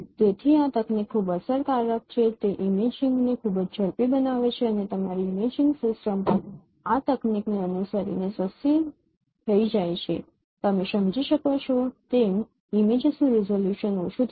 તેથી આ તકનીક ખૂબ અસરકારક છે તે ઇમેજિંગને ખૂબ જ ઝડપી બનાવે છે અને તમારી ઇમેજિંગ સિસ્ટમ પણ આ તકનીકને અનુસરીને સસ્તી થઈ જાય છે તમે સમજી શકો તેમ ઇમેજીસ નું રીઝોલ્યુશન ઓછું થશે